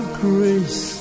grace